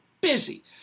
busy